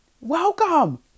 Welcome